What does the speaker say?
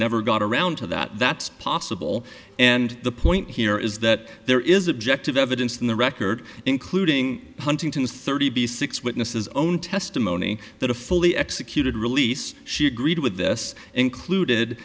never got around to that that's possible and the point here is that there is objective evidence in the record including huntington's thirty b six witnesses own testimony that a fully executed release she agreed with this included